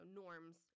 norms